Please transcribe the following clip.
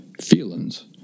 feelings